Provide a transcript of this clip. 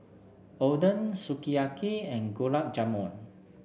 Oden Sukiyaki and Gulab Jamun